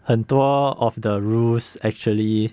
很多 of the rules actually